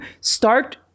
start